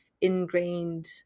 ingrained